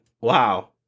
wow